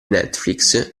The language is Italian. netflix